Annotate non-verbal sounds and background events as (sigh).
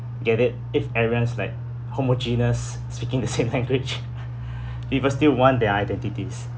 get it if everyone's like homogeneous speaking the same language (noise) people still want their identities